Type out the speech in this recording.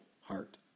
heart